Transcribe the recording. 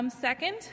Second